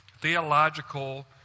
theological